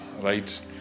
right